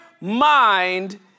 mind